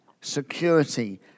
security